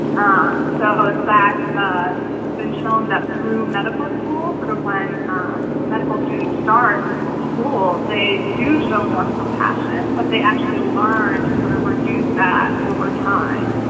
um so in fact ah it's been shows that through medical school sort of when um medical students start school they do show more compassion but they actually learn to sort of reduce that over time.